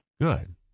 Good